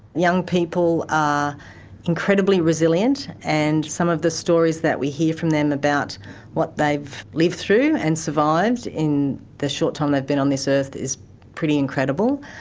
young people are incredibly resilient and some of the stories that we hear from them about what they've lived through and survived in the short time they've been on this earth is pretty incredible,